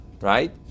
right